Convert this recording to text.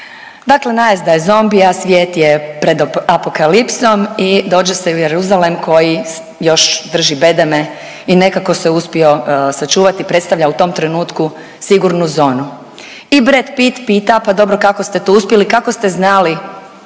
Dakle, najezda je zombija, svijet je pred apokalipsom i dođe se u Jeruzalem koji još drži bedeme i nekako se uspio sačuvati, predstavlja u tom trenutku sigurnu zonu. I Brad Pitt pita pa dobro kako ste to uspjeli, kako ste znali